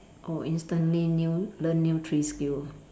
oh instantly new learn new three skill